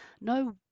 no